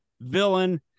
Villain